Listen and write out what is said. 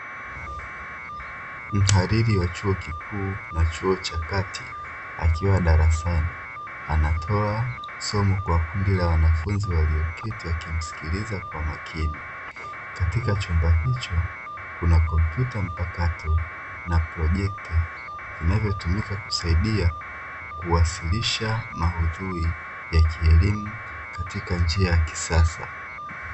Mhadhiri wa chuo kikuu na chuo cha kati akiwa darasani, anatoa somo kwa kundi la wanafunzi walioketi wakimsikiliza kwa makini. Katika chumba hicho kuna kompyuta mpakato na projekta, vinavyotumika kusaidia kuwasilisha maudhui ya kielimu katika njia ya kisasa.